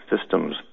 systems